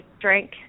drink